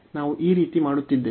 ನಾವು ಈ ರೀತಿ ಮಾಡುತ್ತಿದ್ದೇವೆ